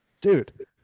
dude